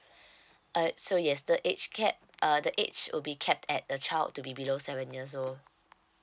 uh so yes the age cap uh the age will be capped at a child to be below seven years old